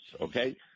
okay